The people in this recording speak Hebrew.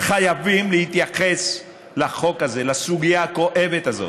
חייבים להתייחס לחוק הזה, לסוגיה הכואבת הזאת.